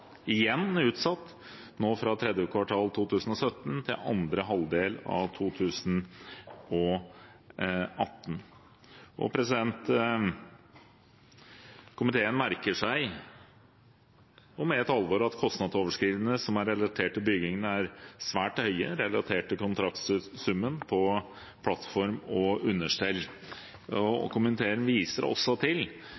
igjen utsatt, nå fra tredje kvartal 2017 til andre halvdel av 2018. Komiteen merker seg – og med et alvor – at kostnadsoverskridelsene som er relatert til byggingen, er svært høye, relatert til kontraktssummen på plattform og understell. Komiteen viser også til